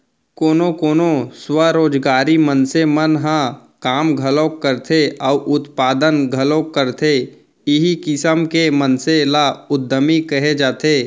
कोनो कोनो स्वरोजगारी मनसे मन ह काम घलोक करथे अउ उत्पादन घलोक करथे इहीं किसम के मनसे ल उद्यमी कहे जाथे